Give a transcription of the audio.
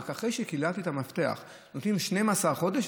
אחרי שקיבלתי את המפתח נותנים 12 חודש,